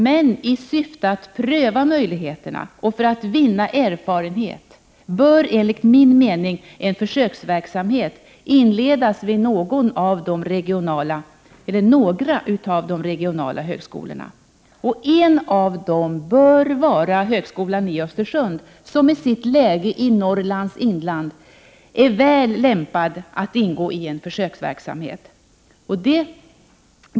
Men i syfte att pröva möjligheterna och för att vinna erfarenhet bör enligt min mening en försöksverksamhet inledas vid några av de regionala högskolorna. En av dessa bör vara högskolan i Östersund, som med sitt läge i Norrlands inland är väl lämpad att ingå i en försöksverksamhet.